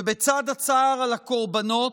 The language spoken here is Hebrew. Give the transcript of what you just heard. ובצד הצער על הקרבנות,